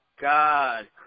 God